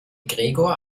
gregor